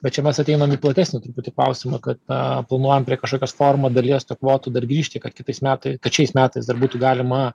bet čia mes ateinam į platesnį truputį klausimą kad na planuojam prie kažkokios formų dalies tų kvotų dar grįžti kad kitais metais kad šiais metais dar būtų galima